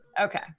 Okay